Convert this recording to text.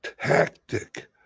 tactic